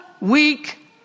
week